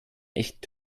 echt